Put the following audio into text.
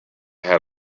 had